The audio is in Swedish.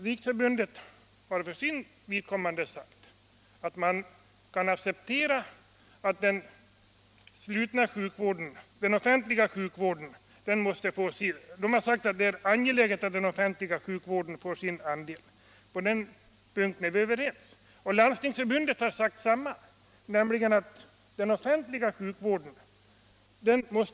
Riksförsäkringsverket har för sitt vidkommande sagt att det är angeläget att den offentliga sjukvården får sin andel — på den punkten är vi överens — och Landstingsförbundet har sagt detsamma, nämligen att den offentliga sjukvården måste tryggas.